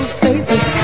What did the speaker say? faces